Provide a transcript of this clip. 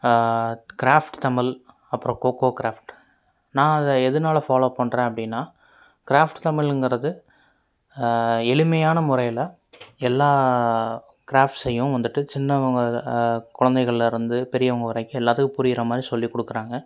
craft Tamil அப்புறம் coco craft நான் அதை எதனால ஃபாலோவ் பண்ணுறேன் அப்படின்னா கிராஃப்ட் தமிழுங்கிறது எளிமையான முறையில் எல்லா கிராஃப்ட்ஸையும் வந்துட்டு சின்னவங்க குழந்தைகள்லேருந்து பெரியவங்க வரைக்கும் எல்லாத்துக்கும் புரியறமாரி சொல்லிக் கொடுக்குறாங்க